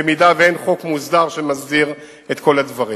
אם אין חוק מוסדר שמסדיר את כל הדברים.